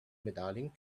medaling